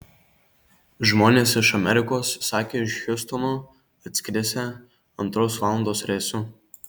žmonės iš amerikos sakė iš hjustono atskrisią antros valandos reisu